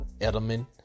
Edelman